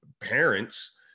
parents